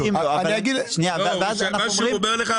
מה שהוא אומר לך,